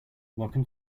welcome